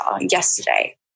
yesterday